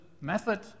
method